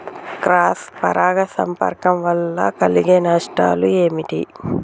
Cross పరాగ సంపర్కం వల్ల కలిగే నష్టాలు ఏమిటి?